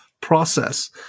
process